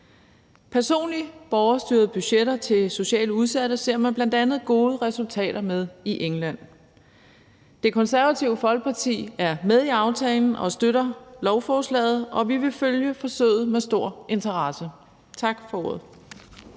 Personlige borgerstyrede budgetter til socialt udsatte ser man bl.a. gode resultater med i England. Det Konservative Folkeparti er med i aftalen og støtter lovforslaget, og vi vil følge forsøget med stor interesse. Tak for ordet.